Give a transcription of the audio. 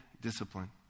discipline